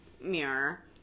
mirror